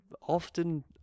often